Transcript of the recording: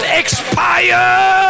expire